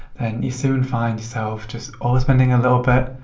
then you soon find yourself just overspending a little bit,